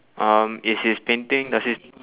um is his painting does his